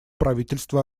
правительство